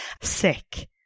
Sick